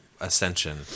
ascension